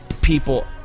people